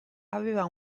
aveva